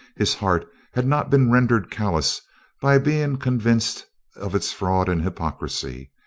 his heart had not been rendered callous by being convinced of its fraud and hypocrisy.